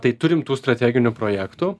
tai turim tų strateginių projektų